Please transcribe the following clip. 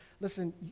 listen